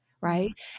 right